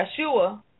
Yeshua